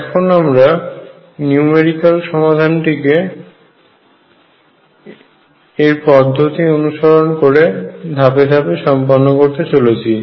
এখন আমরা নিউমেরিক্যাল সমাধানটিকে এর পদ্ধতিটি অনুসরণ করে ধাপে ধাপে সম্পন্ন করতে চলেছি